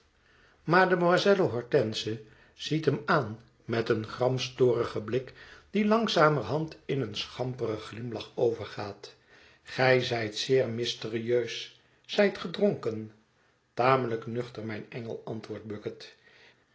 mademoiselle hortense ziet hem aan met een gramstorigen blik die langzamerhand in een schamperen glimlach overgaat gij zijt zeer mysterieus zijt ge dronken tamelijk nuchter mijn engel antwoordt bucket